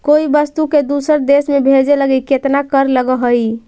कोई वस्तु के दूसर देश में भेजे लगी केतना कर लगऽ हइ?